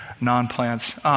non-plants